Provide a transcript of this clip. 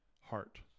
Heart